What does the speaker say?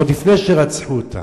עוד לפני שרצחו אותם?